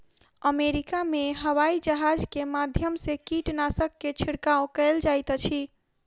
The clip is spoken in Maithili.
अमेरिका में हवाईजहाज के माध्यम से कीटनाशक के छिड़काव कयल जाइत अछि